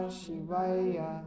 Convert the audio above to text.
shivaya